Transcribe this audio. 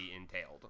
entailed